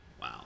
Wow